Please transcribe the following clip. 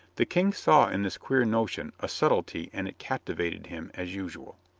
the king saw in this queer notion a subtlety and it captivated him as usual.